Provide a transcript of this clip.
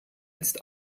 jetzt